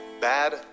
bad